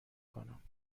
کنم